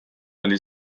oli